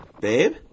babe